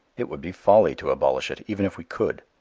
it would be folly to abolish it, even if we could.